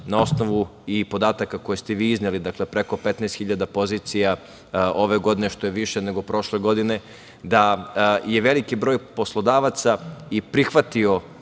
na osnovu podataka koje ste vi izneli, dakle, preko 15 hiljada pozicija, ove godine što je više nego prošle godine, da je veliki broj poslodavaca i prihvatio